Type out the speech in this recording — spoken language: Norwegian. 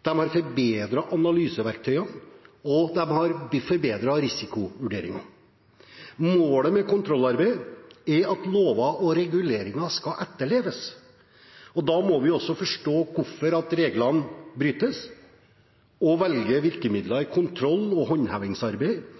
de har forbedret analyseverktøyene, og de har forbedret risikovurderingene. Målet med kontrollarbeidet er at lover og reguleringer skal etterleves. Da må vi forstå hvorfor reglene brytes, og velge virkemidler i kontroll- og